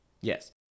Yes